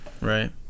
Right